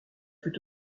peut